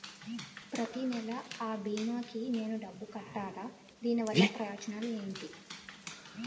ప్రతినెల అ భీమా కి నేను డబ్బు కట్టాలా? దీనివల్ల ప్రయోజనాలు ఎంటి?